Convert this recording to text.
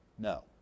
No